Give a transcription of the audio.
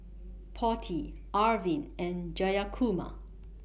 Potti Arvind and Jayakumar